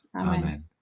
amen